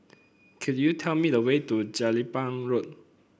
could you tell me the way to Jelapang Road